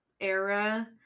era